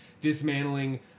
dismantling